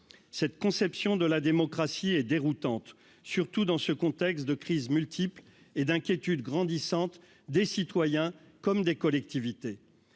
cette conception de la démocratie et déroutante, surtout dans ce contexte de crise multiple et d'inquiétude grandissante des citoyens comme des collectivités,